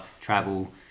travel